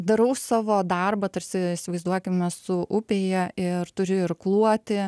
darau savo darbą tarsi įsivaizduokime su upėje ir turi irkluoti